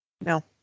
no